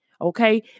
Okay